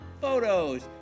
photos